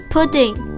Pudding